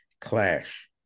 clash